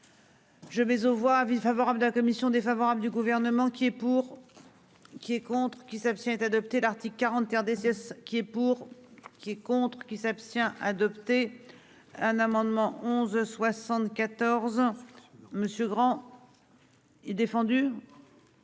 Je vais aux voix avis favorable de la commission défavorable du gouvernement qui est pour. Qui est contre qui s'abstient est adopté l'article 40. RDC, ce qui est pour. Qui est contre qui s'abstient adopté. Un amendement 11 74 ans monsieur Grand. Et défendu.